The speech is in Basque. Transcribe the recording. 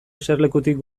eserlekutik